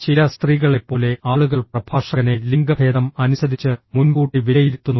ചില സ്ത്രീകളെപ്പോലെ ആളുകൾ പ്രഭാഷകനെ ലിംഗഭേദം അനുസരിച്ച് മുൻകൂട്ടി വിലയിരുത്തുന്നു